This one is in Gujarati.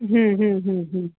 હં હં હં હં